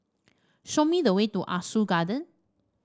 show me the way to Ah Soo Garden